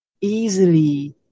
easily